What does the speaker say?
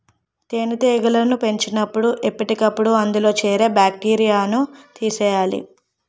తేనెటీగలను పెంచినపుడు ఎప్పటికప్పుడు అందులో చేరే బాక్టీరియాను తీసియ్యాలి